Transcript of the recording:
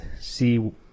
see